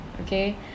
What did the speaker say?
okay